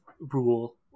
rule